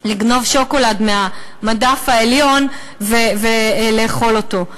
לגנוב שוקולד מהמדף העליון ולאכול אותו.